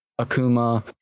Akuma